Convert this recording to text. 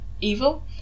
Evil